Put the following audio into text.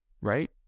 right